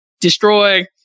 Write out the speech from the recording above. destroy